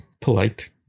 polite